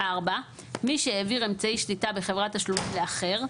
מי שהעביר אמצעי שליטה בחברת תשלומים לאחר,